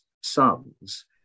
sons